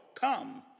come